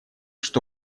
что